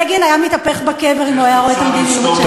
בגין היה מתהפך בקבר אם היה רואה את המדיניות שלכם.